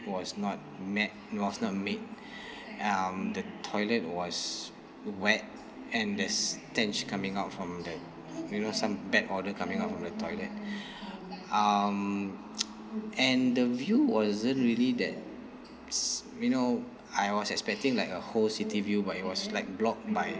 was not met it was not made um the toilet was wet and there's stench coming out from the you know some bad odour coming out from the toilet um and the view wasn't really that's you know I was expecting like a whole city view but it was like blocked by